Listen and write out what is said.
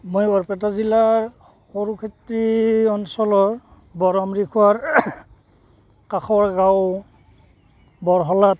মই বৰপেটা জিলাৰ সৰুক্ষেত্ৰী অঞ্চলৰ বৰ আমৰিখোৱাৰ কাষৰ গাঁও বৰহোলাত